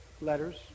letters